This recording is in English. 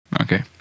Okay